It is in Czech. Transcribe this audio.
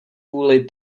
vůli